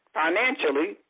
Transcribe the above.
financially